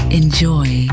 enjoy